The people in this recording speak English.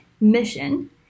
mission